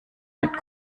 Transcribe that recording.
mit